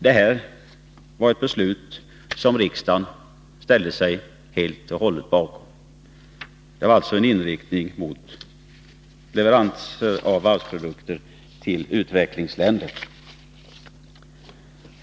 Detta var ett beslut som riksdagen helt och hållet ställde sig bakom. Det gällde alltså leverans av varvsprodukter till utvecklingsländer.